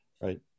right